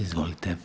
Izvolite.